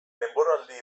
denboraldi